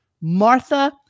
Martha